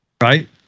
Right